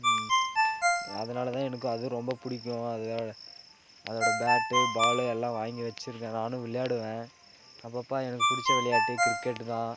அதனால தான் எனக்கு அது ரொம்ப பிடிக்கும் அது அதோட பேட்டு பால் எல்லாம் வாங்கி வெச்சிருக்கேன் நானும் விளையாடுவேன் அப்பப்பா எனக்கு பிடிச்ச விளையாட்டு கிரிக்கெட்டு தான்